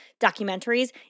documentaries